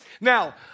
Now